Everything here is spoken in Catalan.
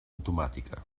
automàtica